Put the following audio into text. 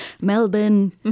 melbourne